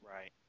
Right